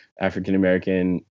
African-American